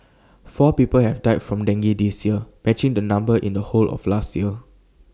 four people have died from dengue this year matching the number in the whole of last year